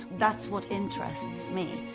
that's what interests me,